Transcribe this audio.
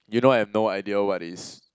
you know I have no idea what is